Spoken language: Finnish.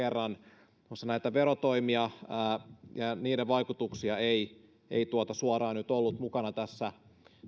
kerran muun muassa näitä verotoimia ja niiden vaikutuksia ei ei suoraan nyt ollut mukana tässä